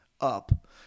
up